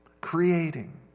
creating